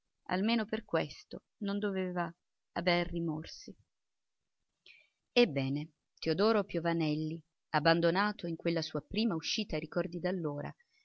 almeno per questo non doveva aver rimorsi ebbene teodoro piovanelli abbandonato in quella sua prima uscita ai ricordi d'allora